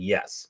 Yes